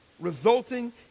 resulting